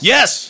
Yes